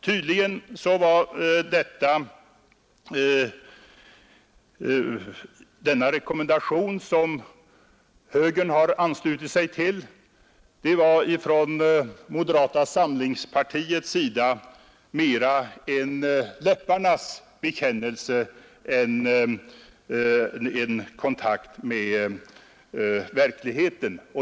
Tydligen var för moderaterna denna rekommendation, som man anslöt sig till, mera en läpparnas bekännelse än en kontakt med verkligheten.